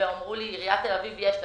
אמרו לי שלעיריית תל אביב יש תקציב.